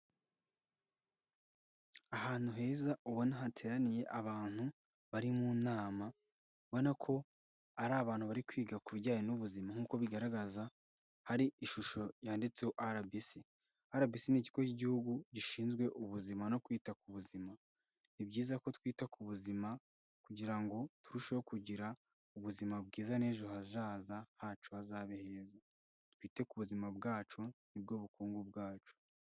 Ahantu heza ubona hateraniye abantu bari mu nama, ubona ko ari abantu bari kwiga ku bijyanye n'ubuzima nk'uko bigaragaza hari ishusho yanditseho RBC, RBC ni ikigo cy'igihugu gishinzwe ubuzima no kwita ku buzima, ni byiza ko twita ku buzima kugira ngo turusheho kugira ubuzima bwiza n'ejo hazaza hacu hazabe heza, twite ku buzima bwacu nibwo bukungu bwacu.